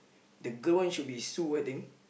the girl one should be so I think